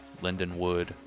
Lindenwood